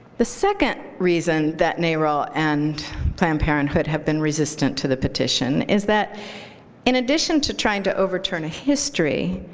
the second reason that narol and planned parenthood have been resistant to the petition is that in addition to trying to overturn history,